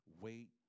wait